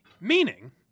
Meaning